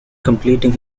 completing